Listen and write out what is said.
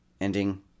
ending